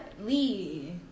Lee